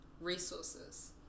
resources